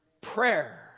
prayer